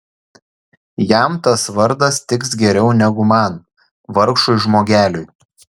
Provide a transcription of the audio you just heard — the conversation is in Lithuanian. jam tas vardas tiks geriau negu man vargšui žmogeliui